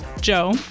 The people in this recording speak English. Joe